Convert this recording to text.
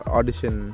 Audition